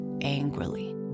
angrily